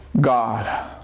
God